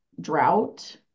drought